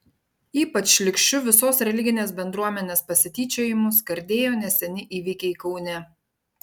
ypač šlykščiu visos religinės bendruomenės pasityčiojimu skardėjo neseni įvykiai kaune